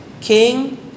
King